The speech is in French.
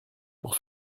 pour